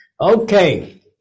Okay